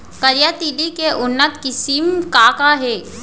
करिया तिलि के उन्नत किसिम का का हे?